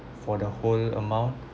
for the whole amount